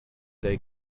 they